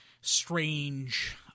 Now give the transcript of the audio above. strange